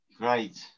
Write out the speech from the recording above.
great